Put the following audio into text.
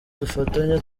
dufatanye